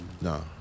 No